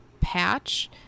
patch